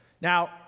Now